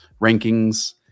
rankings